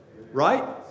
right